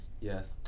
Yes